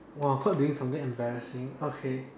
!wah! caught doing something embarrassing okay